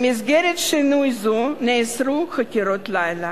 במסגרת שינוי זה נאסרו חקירות לילה.